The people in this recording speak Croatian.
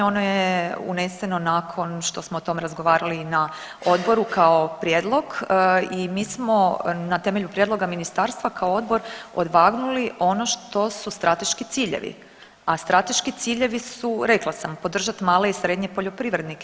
Ono je uneseno nakon što smo o tom razgovarali na odboru kao prijedlog i mi smo na temelju prijedloga ministarstva kao odbor odvagnuli ono što su strateški ciljevi, a strateški ciljevi su rekla sam podržati male i srednje poljoprivrednike.